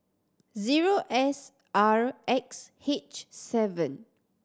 zero S R X H seven